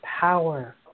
power